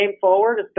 forward